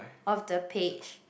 of the page